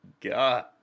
God